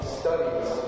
studies